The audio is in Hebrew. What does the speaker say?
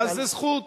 אז זו זכות.